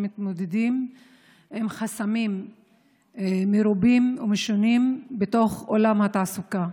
הם מתמודדים עם חסמים מרובים ומשונים בתוך עולם התעסוקה.